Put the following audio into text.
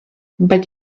but